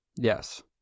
Yes